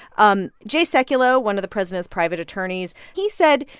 um jay sekulow, one of the president's private attorneys he said,